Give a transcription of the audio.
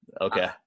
Okay